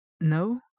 no